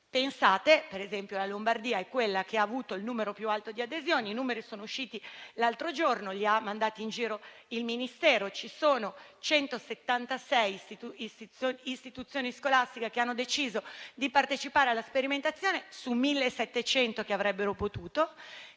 Pensate per esempio che la Lombardia è quella che ha avuto il numero più alto di adesioni. I numeri sono usciti l'altro giorno, li ha mandati in giro il Ministero: ci sono 176 istituzioni scolastiche che hanno deciso di partecipare alla sperimentazione, su 1.700 che avrebbero potuto